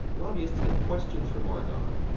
lobbyists had questions for margon.